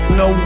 no